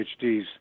PhDs